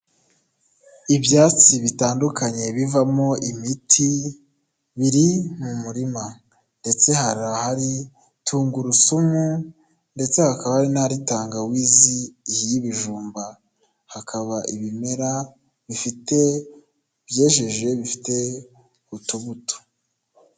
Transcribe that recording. Ibyatsi bitandukanye bivamo imiti biri mu murima ndetse hari ahari tungurusumu ndetse hakaba hari n'ahari tangawizi iyi y'ibijumba, hakaba ibimera bifite byejeje bifite utubuto.